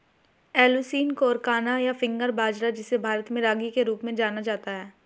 Eleusine coracana, या finger बाजरा, जिसे भारत में रागी के रूप में जाना जाता है